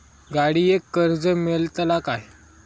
गाडयेक कर्ज मेलतला काय?